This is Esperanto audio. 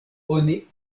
oni